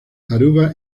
aruba